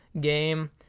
game